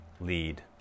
lead